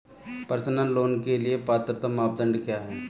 Personal loan के लिए पात्रता मानदंड क्या हैं?